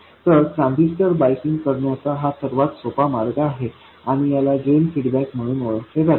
तर transistor biasing करण्याचा हा सर्वात सोपा मार्ग आहे आणि याला ड्रेन फीडबॅक म्हणून ओळखले जाते